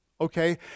okay